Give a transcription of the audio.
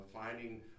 finding